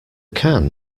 can